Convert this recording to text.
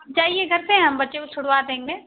जाइये घर पर हम बच्चे को छुड़वा देंगे